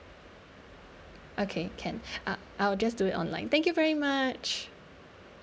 okay can ah I'll just do it online thank you very much